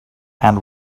and